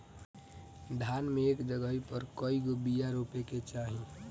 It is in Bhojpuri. धान मे एक जगही पर कएगो बिया रोपे के चाही?